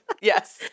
Yes